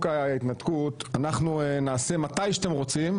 ההתנתקות אנחנו נעשה מתי שאתם רוצים,